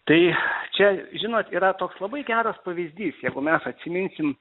tai čia žinot yra toks labai geras pavyzdys jeigu mes atsiminsim